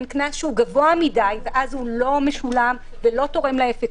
קנס גבוה מדי ואז הוא לא משולם ולא תורם לאפקטיביות.